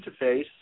interface